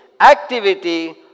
activity